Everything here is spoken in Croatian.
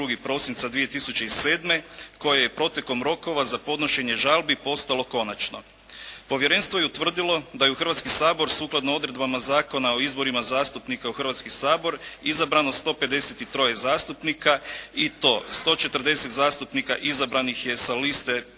22. prosinca 2007. koje je protekom rokova za podnošenje žalbi postalo konačno. Povjerenstvo je utvrdilo da je u Hrvatski sabor sukladno odredbama Zakona o izborima zastupnika u Hrvatski sabor izabrano 153 zastupnika i to 140 zastupnika izabranih je sa liste